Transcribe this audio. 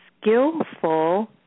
skillful